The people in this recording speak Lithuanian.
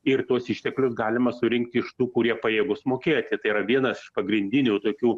ir tuos išteklius galima surinkt iš tų kurie pajėgūs mokėti tai yra vienas iš pagrindinių tokių